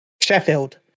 Sheffield